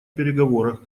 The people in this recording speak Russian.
переговорах